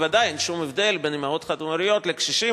בוודאי אין שום הבדל בין אמהות חד-הוריות לקשישים.